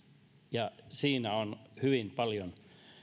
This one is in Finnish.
ja siinä on hyvin paljon